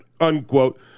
unquote